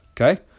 Okay